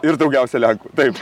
ir daugiausia lenkų taip